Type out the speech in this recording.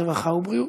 הרווחה והבריאות?